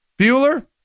Bueller